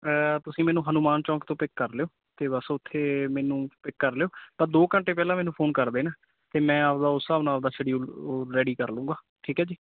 ਤੁਸੀਂ ਮੈਨੂੰ ਹਨੁੰਮਾਨ ਚੌਂਕ ਤੋਂ ਪਿੱਕ ਕਰ ਲਿਓ ਅਤੇ ਬਸ ਉੱਥੇ ਮੈਨੂੰ ਪਿੱਕ ਕਰ ਲਿਓ ਤਾਂ ਦੋ ਘੰਟੇ ਪਹਿਲਾਂ ਮੈਨੂੰ ਫੋਨ ਕਰ ਦੇਣ ਅਤੇ ਮੈਂ ਆਪਣਾ ਉਸ ਹਿਸਾਬ ਨਾਲ ਆਪਦਾ ਸ਼ਡਿਊਲ ਓ ਰੈਡੀ ਕਰ ਲੂੰਗਾ ਠੀਕ ਹੈ ਜੀ